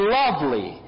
lovely